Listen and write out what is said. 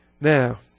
Now